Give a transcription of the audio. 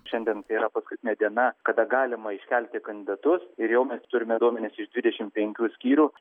šiandien yra paskutinė diena kada galima iškelti kandidatus ir jau mes turime duomenis iš dvidešimt penkių skyrių